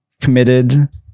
committed